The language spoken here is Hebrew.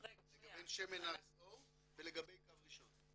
לגבי שמן RSO ולגבי קו ראשון.